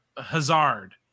Hazard